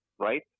right